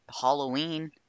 Halloween